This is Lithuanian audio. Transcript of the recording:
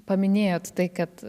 paminėjot tai kad